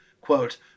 quote